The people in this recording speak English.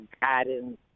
guidance